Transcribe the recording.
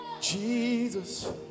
Jesus